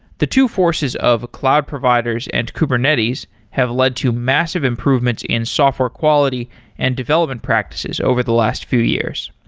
the two forces of cloud providers and kubernetes have led to massive improvements in software quality and development practices over the last few years.